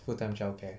full time child care